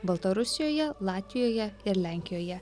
baltarusijoje latvijoje ir lenkijoje